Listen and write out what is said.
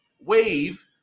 wave